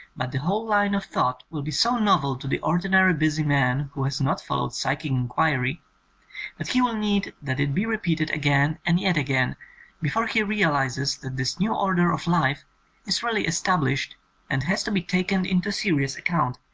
but the whole line of thought will be so novel to the ordinary busy man who has not followed psychic in quiry, that he will need that it be repeated again and yet again before he realizes that this new order of life is really established and has to be taken into serious account,